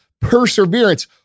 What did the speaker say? perseverance